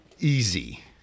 easy